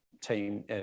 team